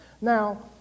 Now